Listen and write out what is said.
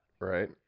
right